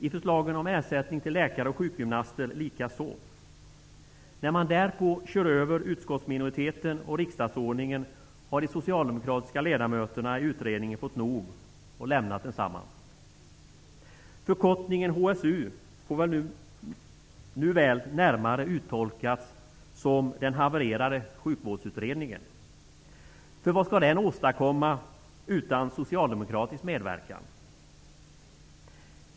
I förslaget om ersättning till läkare och sjukgymnaster likaså. När man därpå körde över utskottsminoriteten och riksdagsordningen fick de socialdemokratiska ledamöterna i utredningen nog och lämnade densamma. Förkortningen HSU får väl numera uttolkas som den havrerade sjukvårdsutredningen. För vad skall den åstadkomma utan socialdemokratisk medverkan?